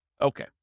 Okay